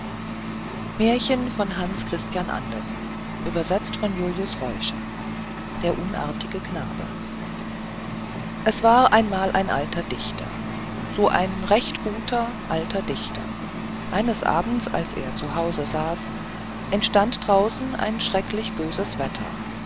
der unartige knabe es war einmal ein alter dichter so ein recht guter alter dichter eines abends als er zu hause saß entstand draußen ein schrecklich böses wetter